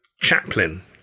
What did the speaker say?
Chaplin